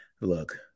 Look